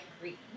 green